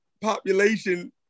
population